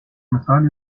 مثالی